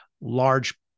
large